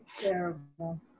terrible